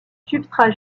substrat